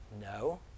No